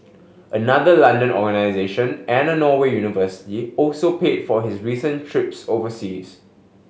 another London organisation and a Norway university also paid for his recent trips overseas